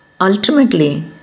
Ultimately